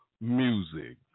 music